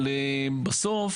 אבל בסוף